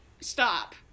stop